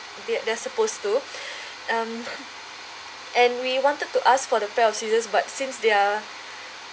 they they're supposed to um and we wanted to ask for the pair of scissors but since they're